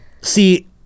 see